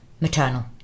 maternal